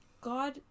God